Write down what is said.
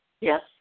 Yes